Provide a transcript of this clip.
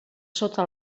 sota